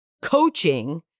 coaching